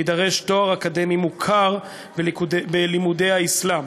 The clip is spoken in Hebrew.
יידרש תואר אקדמי מוכר בלימודי האסלאם.